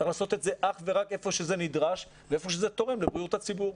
צריך לעשות את זה אך ורק היכן שזה נדרש והיכן שזה תורם לבריאות הציבור.